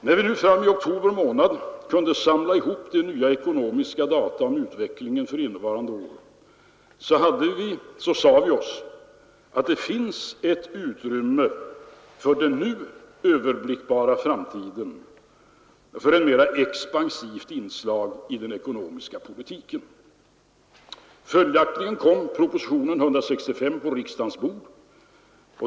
När vi nu i oktober månad kunde samla ihop de nya ekonomiska data om utvecklingen för innevarande år sade vi oss att det finns ett utrymme under den nu överblickbara framtiden för ett mera expansivt inslag i den ekonomiska politiken. Följaktligen kom propositionen 165 på riksdagens bord.